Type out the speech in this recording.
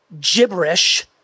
gibberish